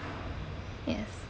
yes